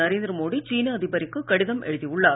நரேந்திர மோடி சீன அதிபருக்கு கடிதம் எழுதியுள்ளார்